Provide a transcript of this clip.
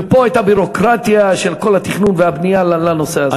ופה הייתה ביורוקרטיה של כל התכנון והבנייה לנושא הזה.